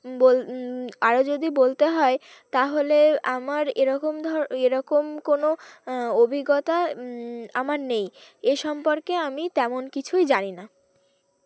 বল আরো যদি বলতে হয় তাহলে আমার এরকম ধর এরকম কোনো অভিজ্ঞতা আমার নেই এ সম্পর্কে আমি তেমন কিছুই জানি না